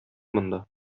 монда